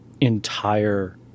entire